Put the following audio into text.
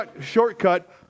shortcut